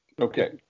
Okay